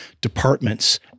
departments